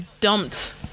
dumped